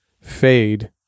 fade